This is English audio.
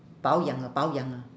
保养 ah 保养 ah